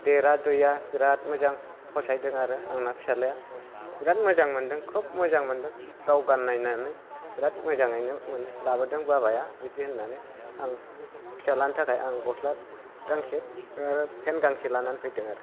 देरा दुइआ बिराद मोजां फसायदों आरो आंना फिसाज्लाया बिराद मोजां मोनदों खोब मोजां मोनदों गाव गाननायनानै बिराद मोजाङैनो लाबोदों बाबाया बिदि होननानै आं फिसाज्लानि थाखाय आं गस्ला गांसे पेन्ट गांसे लानानै फैदों आरो